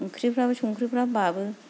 ओंख्रिफ्राबो संख्रिफ्रा बाबो